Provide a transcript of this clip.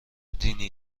دینی